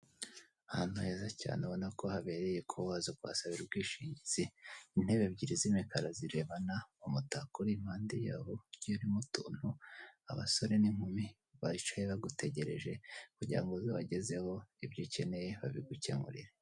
Ahantu heza cyane ubona ko habereye ko waza kuhasabira ubwishingizi hari intebe ebyiri z'imikara zirebana, hari umutako uripande yabo ugiye urimo utuntu. Abasore n'inkumi bicaye bagutegereje kugira ngo ubabagezeho ibyo ukeneye babigukemurire.